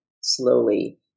slowly